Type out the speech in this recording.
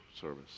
service